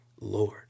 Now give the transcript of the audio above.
Lord